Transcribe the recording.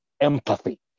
empathy